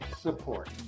support